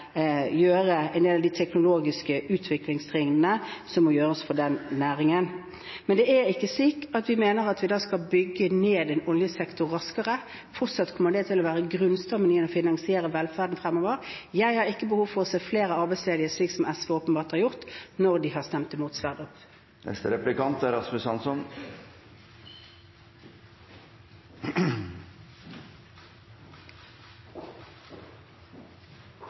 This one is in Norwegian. en del av de teknologiske utviklingstrinnene, som må gjøres for den næringen. Men det er ikke slik at vi mener at vi da skal bygge ned oljesektoren raskere. Fortsatt kommer det til å være grunnstammen i å finansiere velferden fremover. Jeg har ikke behov for å se flere arbeidsledige, som SV åpenbart har, når de har stemt imot Sverdrup-feltet. Statsministeren er